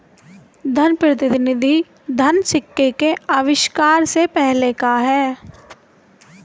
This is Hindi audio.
प्रतिनिधि धन सिक्के के आविष्कार से पहले का है